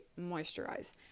moisturize